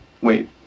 wait